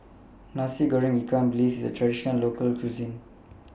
Nasi Goreng Ikan Bilis IS A Traditional Local Cuisine